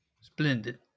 Splendid